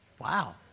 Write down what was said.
Wow